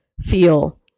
feel